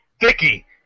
Vicky